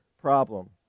problem